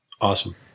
Awesome